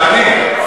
תענה לי.